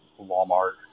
Walmart